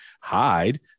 hide